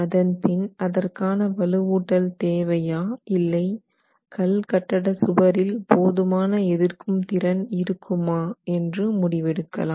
அதன்பின் அதற்கான வலுவூட்டல் தேவையா இல்லை கல் கட்டட சுவரில் போதுமான எதிர்க்கும் திறன் இருக்குமா என்று முடிவெடுக்கலாம்